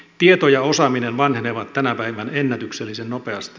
tieto ja osaaminen vanhenevat tänä päivänä ennätyksellisen nopeasti